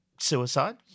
suicide